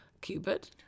cupid